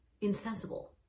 insensible